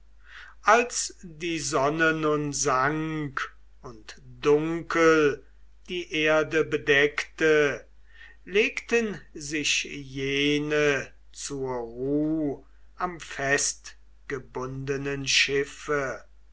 als die sonne nun sank und dunkel die erde bedeckte legten sich jene zur ruh am festgebundenen schiffe